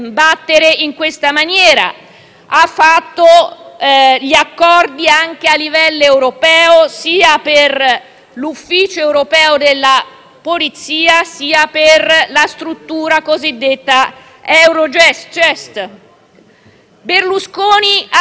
battere in questa maniera); ha siglato degli accordi a livello europeo sia per l'Ufficio europeo della polizia sia per la struttura cosiddetta Eurojust. Berlusconi,